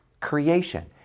creation